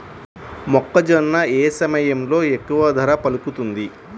మొక్కజొన్న ఏ సమయంలో ఎక్కువ ధర పలుకుతుంది?